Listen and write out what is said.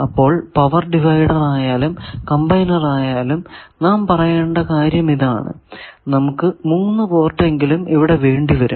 അപ്പോൾ power divider ആയാലും combiner ആയാലും നാം പറയേണ്ട കാര്യമിതാണ് നമുക്ക് 3 പോർട്ട് എങ്കിലും ഇവിടെ വേണ്ടി വരും